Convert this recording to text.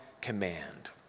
command